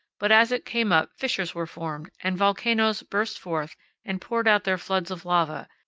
but as it came up fissures were formed and volcanoes burst forth and poured out their floods of lava,